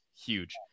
huge